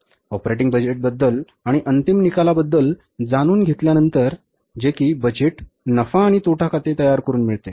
तर ऑपरेटिंग बजेटबद्दल आणि अंतिम निकालाबद्दल जाणून घेतल्यानंतर जे कि बजेट नफा आणि तोटा खाते तयार करून मिळते